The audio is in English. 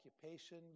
occupation